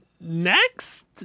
next